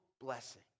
blessing